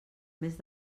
mes